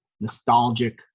nostalgic